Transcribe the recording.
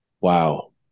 Wow